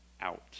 out